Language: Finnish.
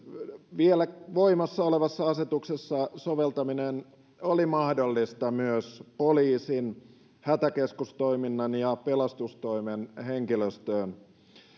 vielä voimassa olevassa asetuksessa soveltaminen oli mahdollista myös poliisin hätäkeskustoiminnan ja pelastustoimen henkilöstöön